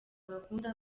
bakunda